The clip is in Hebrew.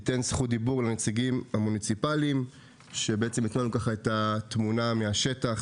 ניתן זכות דיבור לנציגים המוניציפליים שייתנו לנו את התמונה מהשטח,